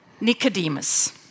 Nicodemus